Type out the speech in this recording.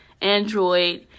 Android